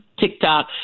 TikTok